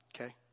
okay